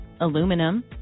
aluminum